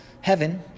heaven